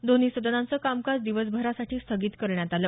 दोन्ही सदनांचं कामकाज दिवसभरासाठी स्थगित करण्यात आलं